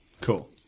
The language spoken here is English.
Cool